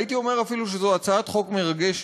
הייתי אומר אפילו שזו הצעת חוק מרגשת,